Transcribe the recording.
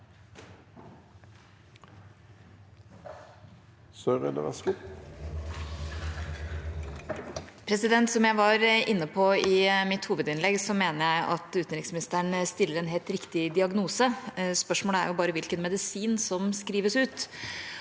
Som jeg var inne på i mitt hovedinnlegg, mener jeg at utenriksministeren stiller en helt riktig diagnose. Spørsmålet er bare hvilken medisin som skrives ut,